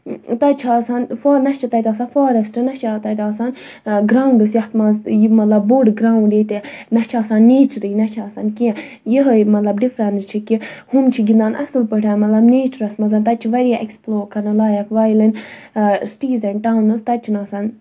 تَتہِ چھِ آسان نہ چھِ تَتہِ آسان فاریسٹ نہ چھِ تَتہِ آسان گراونڈٕس یَتھ مَنٛز یہِ مطلب بوٚڈ گراونڈ ییٚتہِ نہ چھُ آسان نیچرٕے نہ چھُ آسان کیٚنٛہہ یِہے ڈِفرَنس چھِ کہِ ہُم چھِ گِندان اَصل پٲٹھۍ مطلب نیچرَس مَنٛز تَتہِ چھُ واریاہ ایکسپٕلور کَرُن لایق while in cities and towns تَتہِ چھُنہٕ آسَان